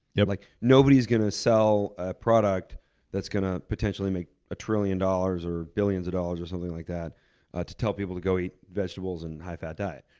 yeah like nobody is gonna sell a product that's gonna potentially make a trillion dollars or billions of dollars or something like that to tell people to go eat vegetables and a high fat diet.